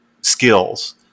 skills